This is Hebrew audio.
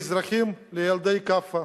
והאזרחים, לילדי "כאפה"?